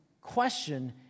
question